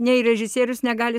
nei režisierius negali